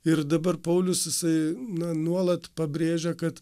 ir dabar paulius jisai na nuolat pabrėžia kad